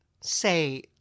say